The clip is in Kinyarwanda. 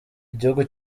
igihugu